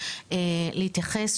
להתייחס,